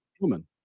woman